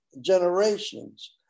generations